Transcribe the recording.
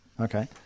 Okay